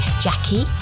jackie